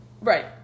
Right